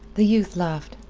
the youth laughed.